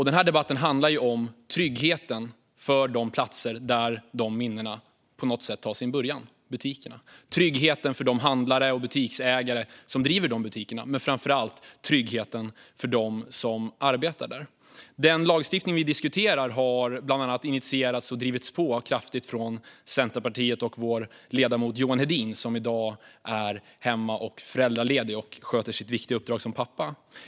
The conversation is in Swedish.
Den här debatten handlar om tryggheten för de platser där dessa minnen på något sätt tar sin början: butikerna - tryggheten för de handlare och butiksägare som driver butikerna men framför allt tryggheten för dem som arbetar där. Den lagstiftning vi diskuterar har bland annat initierats och kraftigt drivits på av Centerpartiet och vår ledamot Johan Hedin, som i dag är föräldraledig och är hemma och sköter sitt viktiga uppdrag som pappa.